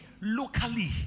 Locally